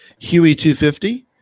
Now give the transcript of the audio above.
Huey250